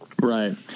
Right